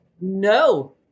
No